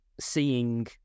seeing